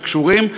שקשורים,